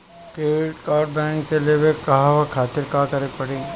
Credit card bank से लेवे कहवा खातिर का करे के पड़ी?